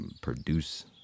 produce